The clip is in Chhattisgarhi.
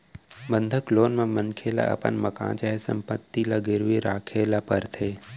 बंधक लोन म मनखे ल अपन मकान चाहे संपत्ति ल गिरवी राखे ल परथे